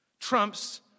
trumps